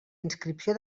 inscripció